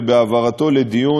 ובהעברתו לדיון,